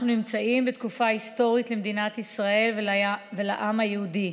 אנחנו נמצאים בתקופה היסטורית למדינת ישראל ולעם היהודי.